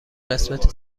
قسمت